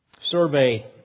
survey